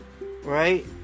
right